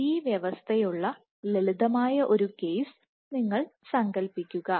ഈ വ്യവസ്ഥയുള്ള ലളിതമായ ഒരു കേസ് നിങ്ങൾ സങ്കൽപ്പിക്കുക